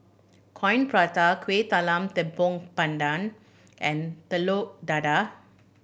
Coin Prata Kueh Talam Tepong Pandan and Telur Dadah